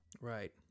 Right